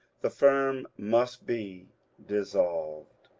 the firm must be dissolved.